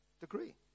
degree